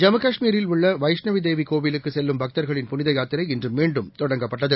ஜம்மு காஷ்மீரில் உள்ள வைஷ்ணவி தேவி கோயிலுக்கு செல்லும் பக்தர்களின் புனித யாத்திரை இன்று மீண்டும் தொடங்கப்பட்டது